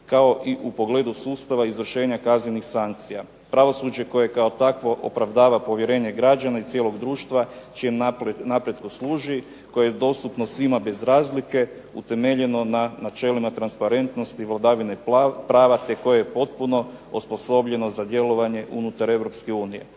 kao i u pogledu sustava izvršenja kaznenih sankcija, pravosuđe koje kao takvo opravdava povjerenje građana i cijelog društva, čijem napretku služi, koje je dostupno svima bez razlike, utemeljeno na načelu i na transparentnosti vladavine prava, te koje je potpuno osposobljeno za djelovanje unutar